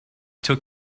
took